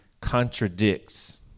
contradicts